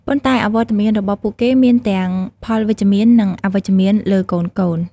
ប៉ុន្តែអវត្តមានរបស់ពួកគេមានទាំងផលវិជ្ជមាន និងអវិជ្ជមានលើកូនៗ។